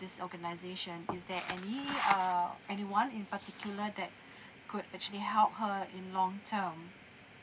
this organisation is there any err anyone in particular that could actually help her in long term